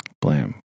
Blam